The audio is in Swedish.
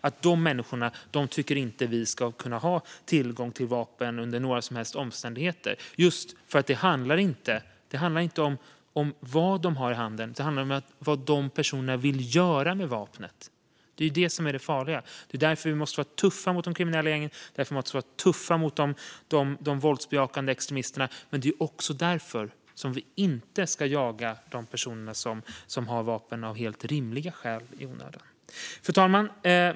Dessa människor tycker vi inte ska kunna ha tillgång till vapen under några som helst omständigheter. Det handlar nämligen inte om vad de har i handen utan vad de personerna vill göra med vapnet. Det är det som är det farliga. Det är därför vi måste vara tuffa mot de kriminella gängen, och det är därför vi måste vara tuffa mot de våldsbejakande extremisterna. Det är också därför vi inte i onödan ska jaga de personer som har vapen av helt rimliga skäl. Fru talman!